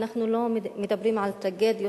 אנחנו לא מדברים על טרגדיות,